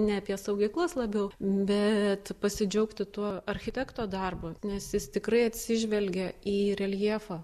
ne apie saugyklas labiau bet pasidžiaugti tuo architekto darbu nes jis tikrai atsižvelgė į reljefą